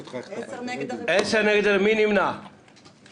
10 נגד הרביזיה, 2 נמנעים.